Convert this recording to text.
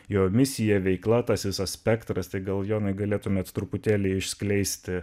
jo misija veikla tas visas spektras tai gal jonai galėtumėt truputėlį išskleisti